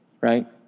right